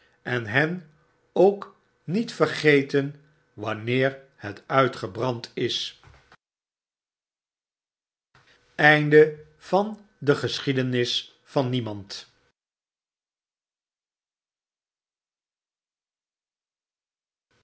en hen ook niet vergeten wanneer het uitgebrand is